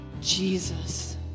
jesus